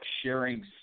sharing